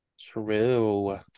True